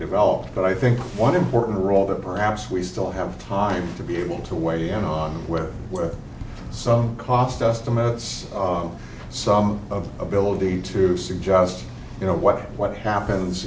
developed but i think one important role that perhaps we still have time to be able to weigh in on where we're sunk cost estimates some of the ability to suggest you know what what happens